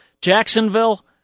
Jacksonville